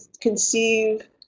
conceive